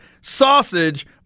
sausage